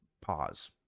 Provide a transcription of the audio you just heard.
Pause